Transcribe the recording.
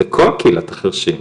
לכל קהילת החרשים.